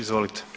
Izvolite.